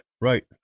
Right